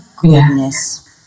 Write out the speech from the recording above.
goodness